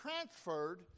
transferred